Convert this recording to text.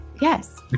Yes